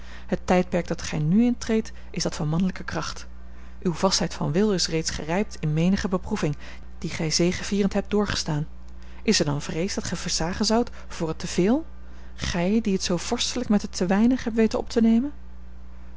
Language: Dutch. het tijdperk dat gij nu intreedt is dat van mannelijke kracht uw vastheid van wil is reeds gerijpt in menige beproeving die gij zegevierend hebt doorgestaan is er dan vrees dat gij versagen zoudt voor het te veel gij die het zoo vorstelijk met het te weinig hebt weten op te nemen